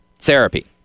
therapy